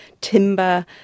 timber